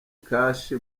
kashi